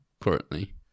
currently